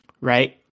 right